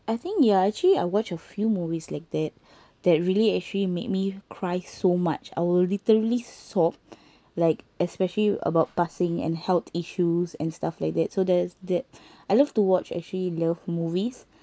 I think ya actually I watch a few movies like that that really actually made me cry so much I will literally sob like especially about passing and health issues and stuff like that so there's that I love to watch actually love movies